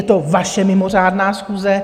Je to vaše mimořádná schůze.